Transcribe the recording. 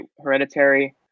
Hereditary